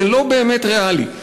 זה לא באמת ריאלי.